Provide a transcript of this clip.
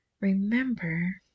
remember